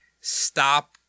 stop